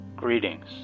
Greetings